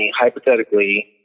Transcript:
hypothetically